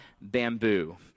bamboo